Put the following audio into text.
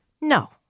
No